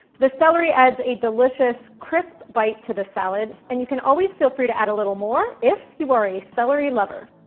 the celery adds a delicious crisp bite to the salad, and you can always feel free to add a little more, if you are a celery lover.